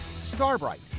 Starbright